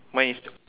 mine is